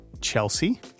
Chelsea